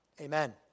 Amen